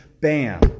bam